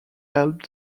helped